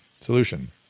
Solution